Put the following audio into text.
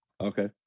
Okay